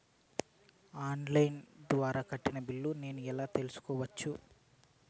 On line ద్వారా కట్టిన బిల్లును నేను ఎలా తెలుసుకోవచ్చు?